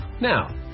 Now